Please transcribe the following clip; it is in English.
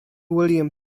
william